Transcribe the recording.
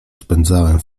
spędzałem